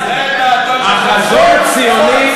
זה החזון הציוני,